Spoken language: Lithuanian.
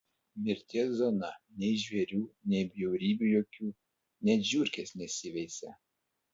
mirties zona nei žvėrių nei bjaurybių jokių net žiurkės nesiveisia